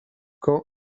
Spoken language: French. quand